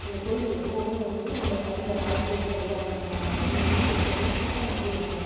அந்தக் கோயில் எப்பவுமே வந்து அந்த டைமில் ராகு கேது பரிகாரம் பண்ணுற அந்த டைமில் வந்து எப்போதுமே கூட்டமாகவே இருக்கும்